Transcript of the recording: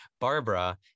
Barbara